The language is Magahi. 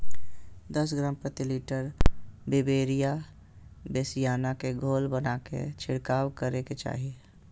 दस ग्राम प्रति लीटर बिवेरिया बेसिआना के घोल बनाके छिड़काव करे के चाही